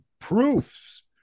proofs